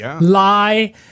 lie